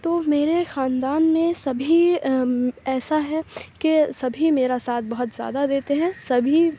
تو میرے خاندان میں سبھی ایسا ہے کہ سبھی میرا ساتھ بہت زیادہ دیتے ہیں سبھی